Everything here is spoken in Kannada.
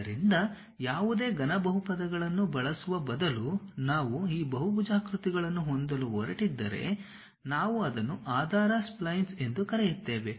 ಆದ್ದರಿಂದ ಯಾವುದೇ ಘನ ಬಹುಪದಗಳನ್ನು ಬಳಸುವ ಬದಲು ನಾವು ಈ ಬಹುಭುಜಾಕೃತಿಗಳನ್ನು ಹೊಂದಲು ಹೊರಟಿದ್ದರೆ ನಾವು ಅದನ್ನು ಆಧಾರ ಸ್ಪ್ಲೈನ್ಸ್ ಎಂದು ಕರೆಯುತ್ತೇವೆ